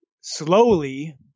slowly